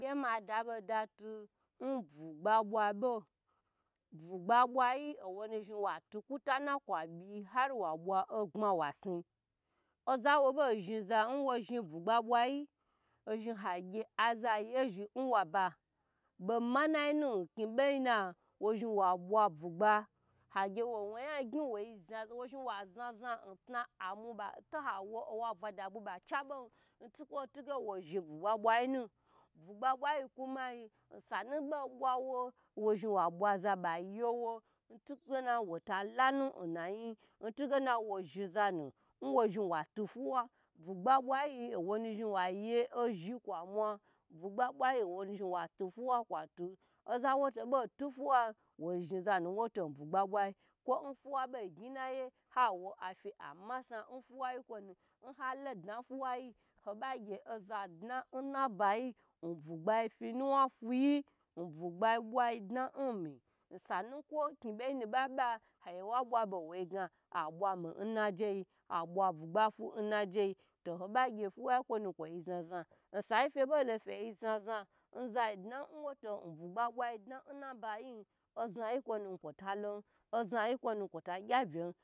Miye mada bode tu bugba bwa bo bwgba bwa yi owonu zhn watu kwtana kwa byi ar wa bwa ogbma wa si oza wo bo zhn wo zhn bugba bwayi ho zhn agye aza ye zhn n waba bo manana nkni boyonu wo zhn wa bwa zhn wa za za to amu to awo owa bwada bwi ba cha bon ntukwo tinge wo zhn bugba bwa yi'nu bugba bwa yi kumayi san bo bwawo wo zhn wa bwa ba ye wo ntuge na wota la nu nnayin ntige wo zhn zanun wa zhn wa tu fuwa bugba bwa yi zhn wa ye o zhn kwa mwa bugba bwa zhn wa tu fuwa kwatu ozanu wo tobo tu fwa wo zhm zanu wo to bugba bwai kwo n fwa bo gn nayi awo ge abo fi a masna fuwa yi kwo nu nba lodna n fuwai ho ba gye oza dna nabayi n bugba fi nuwa fulgi n bugba bwadna mi osanu kwo kni boyi nu baba hage wa bwa be wanga abwami nnaje abwa bugbafu najei to hoba gye fuwa yi kwonu kwo za za safe beilofei za za nzadna nzai dna nwo toi bugba bwo dna nabayi ozayi kwonu kwo ta lon ozayi kwo nu kwo ta gye byen